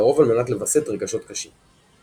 לרוב על מנת לווסת רגשות קשים.